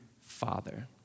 father